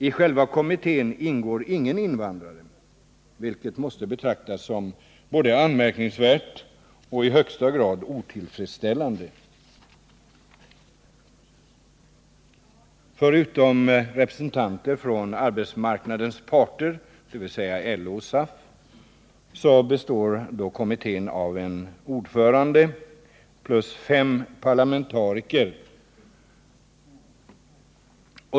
I själva kommittén ingår ingen invandrare, vilket måste betraktas som både anmärkningsvärt och i högsta grad otillfredsställande. Förutom representanter för arbetsmarknadens parter, dvs. LO och SAF, består kommittén av en ordförande plus fem parlamentariker.